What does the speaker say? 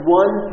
one